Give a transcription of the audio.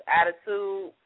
attitude